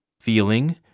feeling